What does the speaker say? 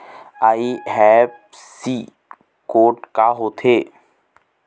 IFSC code का होथे?